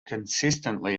consistently